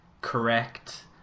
correct